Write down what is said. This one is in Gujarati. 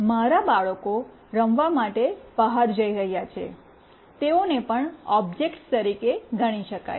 મારા બાળકો રમવા માટે બહાર જઇ રહ્યા છે તેઓને પણ ઓબ્જેક્ટ્સ તરીકે ગણી શકાય